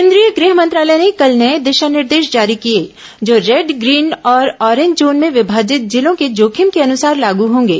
केंद्रीय गृह मंत्रालय ने कल नए दिशा निर्देश जारी किये जो रेड ग्रीन और ऑरेंज जोन में विमाजित जिलों के जोखिम के अनुसार लागू होंगे